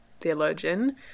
theologian